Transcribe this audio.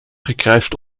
gekruist